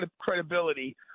credibility